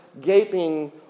gaping